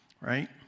right